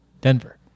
Denver